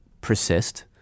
persist